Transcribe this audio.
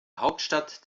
hauptstadt